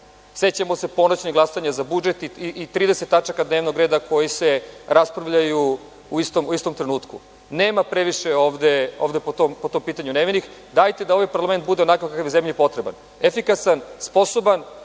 Sećamo se ponoćnog glasanja za budžet i 30 tačaka dnevnog reda, koji se raspravljaju u istom trenutku. Nema previše ovde, po tom pitanju, nevinih. Dajte da ovaj parlament bude onakav kakav je zemlji potreban – efikasan, sposoban,